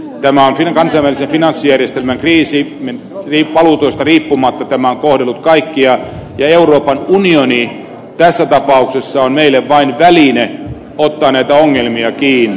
tämä on kansainvälisen finanssijärjestelmän kriisi valuutoista riippumatta tämä on kohdellut kaikkia ja euroopan unioni tässä tapauksessa on meille vain väline ottaa näitä ongelmia kiinni